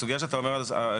הסוגיה שאתה מדבר עליה,